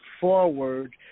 forward